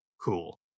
Cool